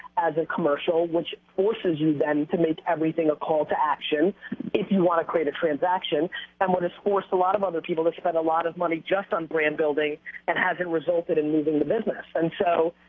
as a commercial, which forces you then and to make everything a call-to-action. if you want to create a transaction and what its forced a lot of other people to spend a lot of money just on brand building and has it resulted in leaving the business and so,